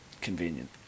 Convenient